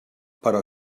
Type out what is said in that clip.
però